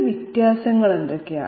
അവയുടെ വ്യത്യാസങ്ങൾ എന്തൊക്കെയാണ്